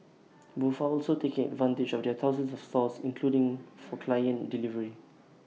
both are also taking advantage of their thousands of stores including for client delivery